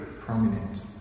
prominent